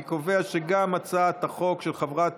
אני קובע שגם הצעת החוק של חברת